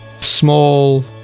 small